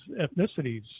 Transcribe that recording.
ethnicities